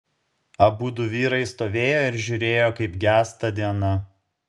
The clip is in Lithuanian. abudu vyrai stovėjo ir žiūrėjo kaip gęsta diena